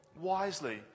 wisely